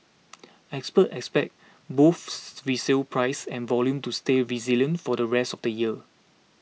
experts expect both resale prices and volume to stay resilient for the rest of the year